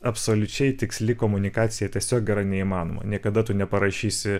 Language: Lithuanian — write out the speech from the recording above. absoliučiai tiksli komunikacija tiesiog yra neįmanoma niekada tu neparašysi